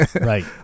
Right